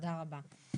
תודה רבה.